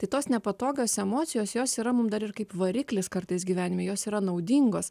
tai tos nepatogios emocijos jos yra mums dar ir kaip variklis kartais gyvenime jos yra naudingos